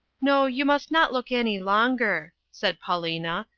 no, you must not look any longer, said paulina,